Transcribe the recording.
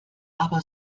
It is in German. aber